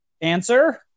Answer